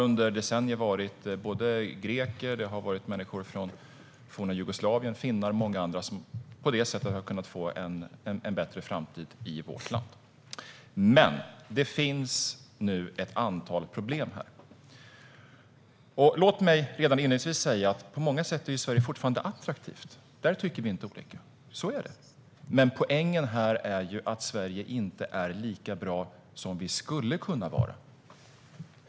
Under decennier har greker, människor från forna Jugoslavien, finnar och många andra på det sättet kunnat få en bättre framtid i vårt land. Men det finns nu ett antal problem. Låt mig redan inledningsvis säga att Sverige på många sätt fortfarande är attraktivt. Där tycker vi inte olika. Poängen här är att Sverige inte är lika bra som vi skulle kunna vara.